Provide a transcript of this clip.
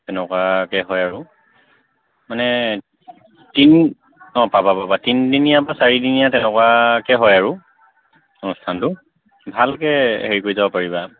তেনেকুৱাকৈ হয় আৰু মানে তিনি অঁ পাবা পাবা তিনিদিনীয়া বা চাৰিদিনীয়া তেনেকুৱাকৈ হয় আৰু অনুষ্ঠানটো ভালকৈ হেৰি কৰি যাব পাৰিবা